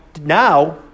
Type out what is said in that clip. now